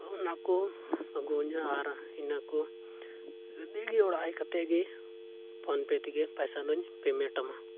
ᱚᱱᱟ ᱠᱚ ᱟᱹᱜᱩᱣᱟᱹᱧᱟ ᱟᱨ ᱤᱱᱟᱹ ᱠᱚ ᱠᱟᱛᱮᱫ ᱜᱮ ᱚᱲᱟᱜ ᱦᱮᱡ ᱠᱟᱛᱮᱫ ᱜᱮ ᱯᱷᱳᱱ ᱯᱮ ᱛᱮᱜᱮ ᱯᱚᱭᱥᱟ ᱫᱚᱧ ᱯᱮᱢᱮᱱᱴ ᱟᱢᱟ